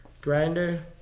Grinder